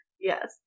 Yes